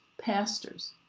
pastors